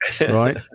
right